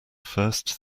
fourth